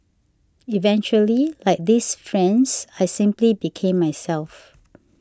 eventually like these friends I simply became myself